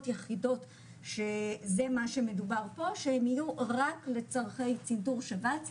יחידות שזה מה שמדובר פה שהן יהיו רק לצרכי צנתור שבץ,